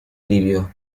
livio